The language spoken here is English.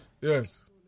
Yes